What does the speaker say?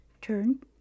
Turn